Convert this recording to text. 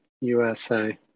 USA